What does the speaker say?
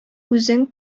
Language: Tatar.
үзең